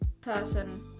person